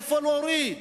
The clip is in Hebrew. איפה להוריד.